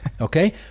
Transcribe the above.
Okay